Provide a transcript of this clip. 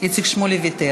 חבר הכנסת איציק שמולי ויתר.